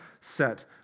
set